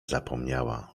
zapomniała